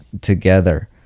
together